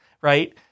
right